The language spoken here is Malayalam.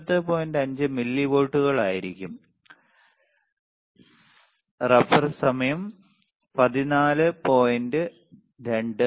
5 മില്ലിവോൾട്ടുകളായിരിക്കും റഫർ സമയം 1424